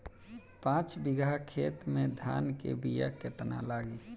पाँच बिगहा खेत में धान के बिया केतना लागी?